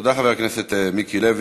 תודה, חבר הכנסת מיקי לוי.